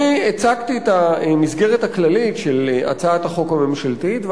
אני הצגתי את המסגרת הכללית של הצעת החוק הממשלתית,